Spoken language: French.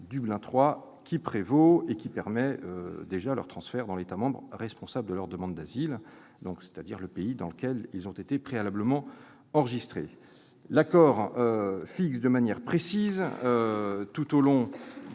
Dublin III qui prévaut, et il permet déjà le transfert des demandeurs dans l'État membre responsable de leur demande d'asile, autrement dit le pays dans lequel ils ont été préalablement enregistrés. L'accord fixe de manière précise, tout au long